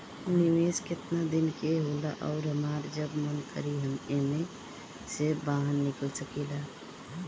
निवेस केतना दिन के होला अउर हमार जब मन करि एमे से बहार निकल सकिला?